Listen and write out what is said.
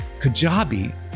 Kajabi